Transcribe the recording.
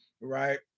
right